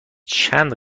چند